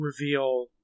reveal